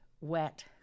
wet